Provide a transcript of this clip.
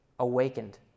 Awakened